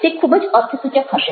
તે ખૂબ જ અર્થસૂચક હશે